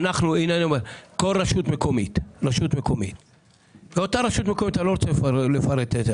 אותה רשות מקומית - אני לא רוצה לפרט איזו